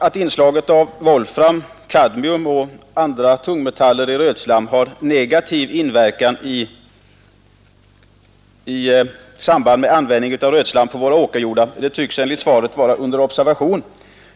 Att inslaget av volfram, kadmium och andra tungmetaller i rötslam har negativ inverkan i samband med användning av rötslam i våra åkerjordar tycks enligt svaret vara under observation.